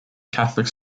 catholic